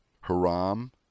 Haram